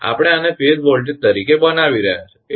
આપણે આને phase voltage તરીકે બનાવી રહ્યા છીએ